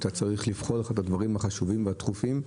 צריך לבחור לך את הדברים החשובים והדחופים,